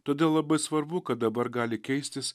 todėl labai svarbu kad dabar gali keistis